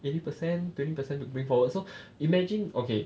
eighty percent twenty percent to bring forward so imagine okay